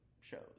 shows